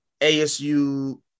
ASU